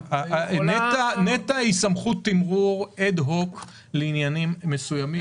נת"ע היא סמכות תימרור אד-הוק לעניינים מסוימים.